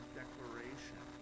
declaration